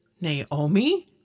Naomi